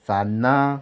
सान्नां